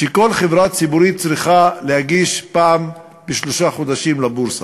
שכל חברה ציבורית צריכה להגיש פעם בשלושה חודשים לבורסה,